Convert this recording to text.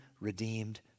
redeemed